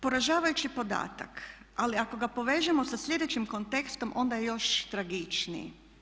Poražavajući podatak ali ako ga povežemo sa slijedećim kontekstom onda je još tragičniji.